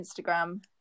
Instagram